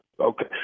Okay